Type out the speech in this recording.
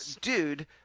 dude